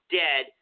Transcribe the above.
dead